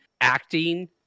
acting